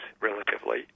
relatively